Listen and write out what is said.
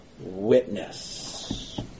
witness